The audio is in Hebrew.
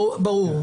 ברור.